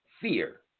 Fear